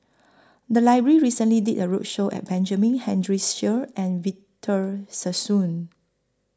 The Library recently did A roadshow At Benjamin Henry Sheares and Victor Sassoon